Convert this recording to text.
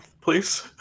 please